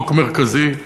חוק מרכזי.